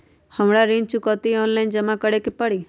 हमरा ऋण चुकौती ऑनलाइन जमा करे के परी?